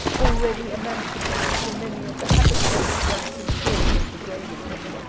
already emancipated from many of the habits which once enthralled and degraded him,